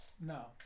No